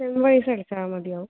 sem wise അടച്ചാൽ മതിയാവും